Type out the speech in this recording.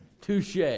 Touche